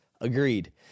agreed